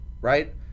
right